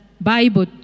bible